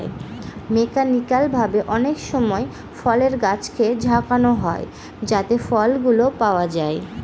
mechanical ভাবে অনেকসময় ফলের গাছকে ঝাঁকানো হয় যাতে ফলগুলো পাওয়া যায়